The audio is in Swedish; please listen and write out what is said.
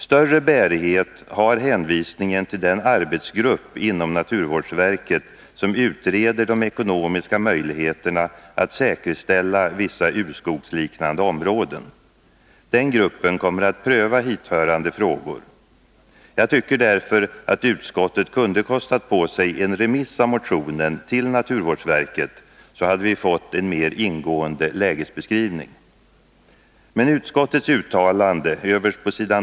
Större bärighet har hänvisningen till den arbetsgrupp inom naturvårdsverket som utreder de ekonomiska möjligheterna att säkerställa vissa urskogsliknande områden. Den gruppen kommer att pröva hithörande frågor. Jag tycker därför att utskottet kunde ha kostat på sig en remiss av motionen till naturvårdsverket, så att vi fått en mer ingående lägesbeskrivning. Men utskottets uttalande överst på s.